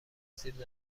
سیب